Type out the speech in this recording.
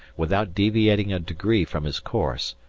without deviating a degree from his course,